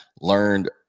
learned